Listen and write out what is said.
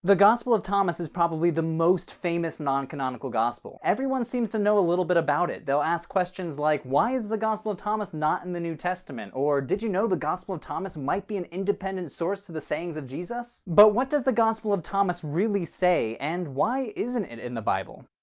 the gospel of thomas is probably the most famous non-canonical gospel everyone seems to know a little bit about it they'll ask questions like why is the gospel of thomas not in the new testament? or did you know the gospel of thomas might be an independent source to the sayings of jesus? but what does the gospel of thomas really say and why isn't it in the bible?